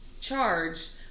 charged